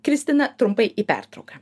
kristina trumpai į pertrauką